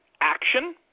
action